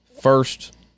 first